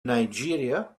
nigeria